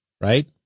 right